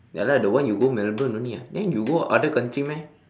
ya lah the one you go melbourne only ah then you go other country meh